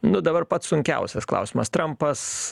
na dabar pats sunkiausias klausimas trampas